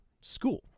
school